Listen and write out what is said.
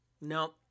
No